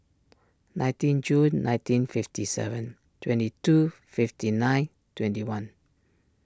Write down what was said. nineteen June nineteen fifty seven twenty two fifty nine twenty one